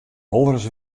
wolris